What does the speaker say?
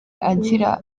agira